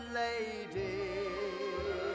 lady